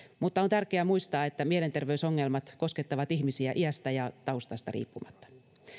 mutta on tärkeää muistaa että mielenterveysongelmat koskettavat ihmisiä iästä ja taustasta riippumatta